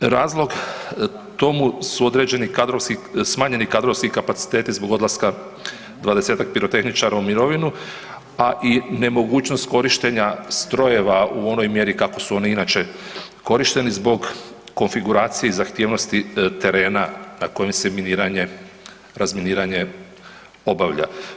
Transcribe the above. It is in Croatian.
Razlog tomu su određeni smanjeni kadrovski kapaciteti zbog odlaska 20-ak pirotehničara u mirovinu, a i nemogućnost korištenja strojeva u onoj mjeri kako su oni inače korišteni zbog konfiguracije i zahtjevnosti terena na kojem se razminiranje obavlja.